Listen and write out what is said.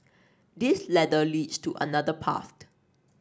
this ladder leads to another path